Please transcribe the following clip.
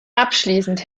abschließend